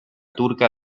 turca